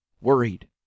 worried